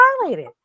violated